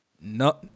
No